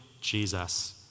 Jesus